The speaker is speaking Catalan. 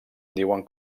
diuen